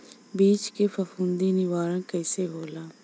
बीज के फफूंदी निवारण कईसे होला?